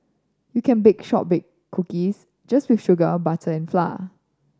you can bake shortbread cookies just with sugar on butter and flour